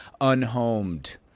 unhomed